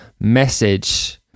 message